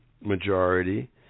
majority